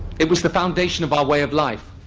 it was the foundation of our way of life.